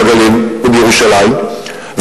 בגליל ובירושלים,